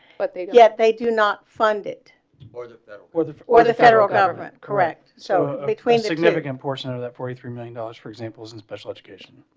but they get they do not fund it or the weather or the federal government. correct. so between significant portion of that forty three million dollars for examples and special education.